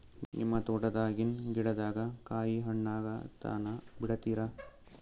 ನಿಮ್ಮ ತೋಟದಾಗಿನ್ ಗಿಡದಾಗ ಕಾಯಿ ಹಣ್ಣಾಗ ತನಾ ಬಿಡತೀರ?